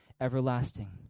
everlasting